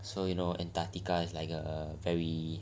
so you know antartica is like a very